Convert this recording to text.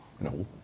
No